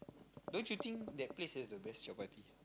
don't you think that place has the best chapati